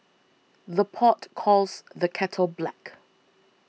the pot calls the kettle black